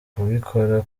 kubikora